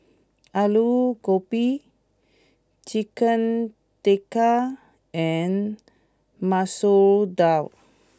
Alu Gobi Chicken Tikka and Masoor Dal